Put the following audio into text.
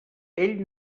ell